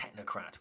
technocrat